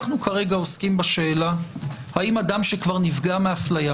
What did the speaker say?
אנו עוסקים בשאלה האם אדם שנפגע מאפליה